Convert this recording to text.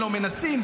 לא מנסים,